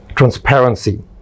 Transparency